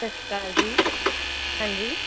ਸਤਿ ਸ਼੍ਰੀ ਅਕਾਲ ਜੀ ਹਾਂਜੀ